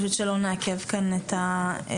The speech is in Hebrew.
פשוט שלא נעכב כאן את הדברים.